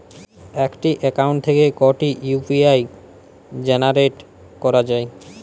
একটি অ্যাকাউন্ট থেকে কটি ইউ.পি.আই জেনারেট করা যায়?